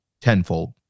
tenfold